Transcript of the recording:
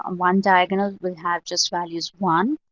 um one diagonal will have just values one,